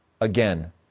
again